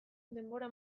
denbora